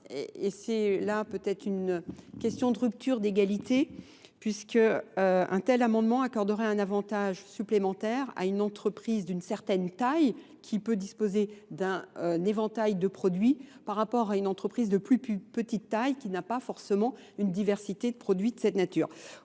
et c'est là peut-être une question de rupture d'égalité, Puisqu'un tel amendement accorderait un avantage supplémentaire à une entreprise d'une certaine taille qui peut disposer d'un éventail de produits par rapport à une entreprise de plus petite taille qui n'a pas forcément une diversité de produits de cette nature.